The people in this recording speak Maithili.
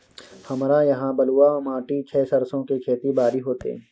हमरा यहाँ बलूआ माटी छै सरसो के खेती बारी होते?